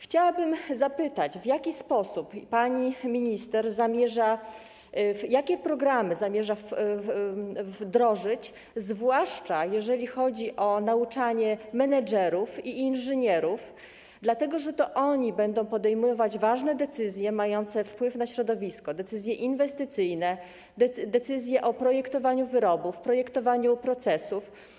Chciałabym zapytać, w jaki sposób pani minister zamierza... jakie programy zamierza wdrożyć, zwłaszcza jeżeli chodzi o nauczanie menedżerów i inżynierów, dlatego że to oni będą podejmować ważne decyzje mające wpływ na środowisko, decyzje inwestycyjne, decyzje o projektowaniu wyrobów, projektowaniu procesów.